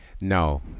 No